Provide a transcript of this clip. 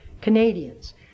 Canadians